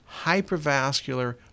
Hypervascular